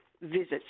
visits